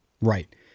Right